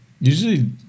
Usually